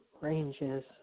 ranges